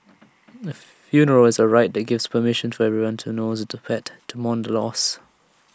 A funeral is A ritual that gives permission for everyone to knows the pet to mourn the loss